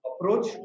approach